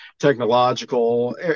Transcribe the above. technological